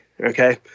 Okay